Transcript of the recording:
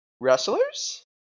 wrestlers